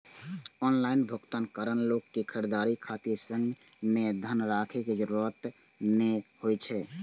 online भुगतानक कारण लोक कें खरीदारी खातिर संग मे धन राखै के जरूरत नै होइ छै